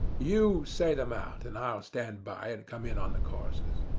you say them out, and i'll stand by and come in on the choruses.